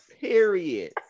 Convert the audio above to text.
Period